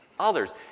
others